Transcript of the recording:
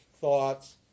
thoughts